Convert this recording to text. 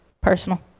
personal